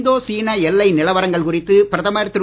இந்தோ சீன எல்லை நிலவரங்கள் குறித்து பிரதமர் திரு